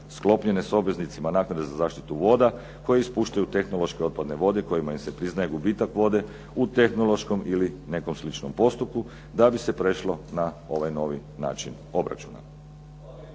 sklopljene s obveznicima naknade za zaštitu voda koji ispuštaju tehnološke otpadne vode kojima im se priznaje gubitak vode u tehnološkom ili nekom sličnom postupku da bi se prešlo na ovaj novi način obračuna.